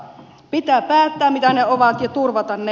pitää päättää mitä ne ovat ja turvata ne